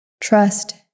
Trust